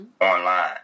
online